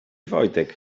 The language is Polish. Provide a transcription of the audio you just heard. wojtek